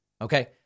Okay